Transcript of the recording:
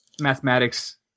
mathematics